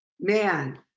man